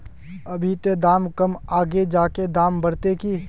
अभी ते दाम कम है आगे जाके दाम बढ़ते की?